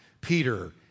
Peter